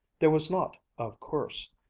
there was not, of course,